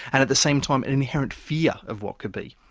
and at the same time inherent fear of what could be.